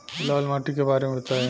लाल माटी के बारे में बताई